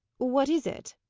what is it?